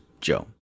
Joe